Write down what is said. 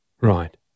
Right